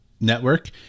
network